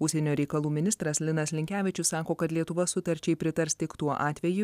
užsienio reikalų ministras linas linkevičius sako kad lietuva sutarčiai pritars tik tuo atveju